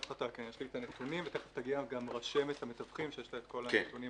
יש לי הנתונים ותכף תגיע גם רשמת המתווכים שיש לה כל הנתונים